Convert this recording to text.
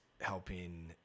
helping